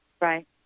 Right